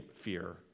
fear